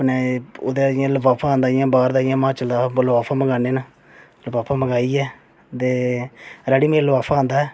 ओह्दा इंया इक्क लफाफा आंदा बाहर दा जि'यां हिमाचल दा लफाफा मंगाने न लफाफा मंगाइयै ते रेडीमेड लफाफा आंदा ऐ